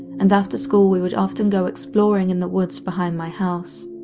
and after school we would often go exploring and the woods behind my house.